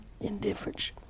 indifference